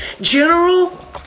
general